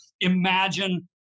Imagine